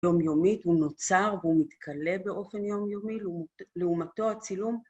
יומיומית הוא נוצר והוא מתכלה באופן יומיומי, לעומתו הצילום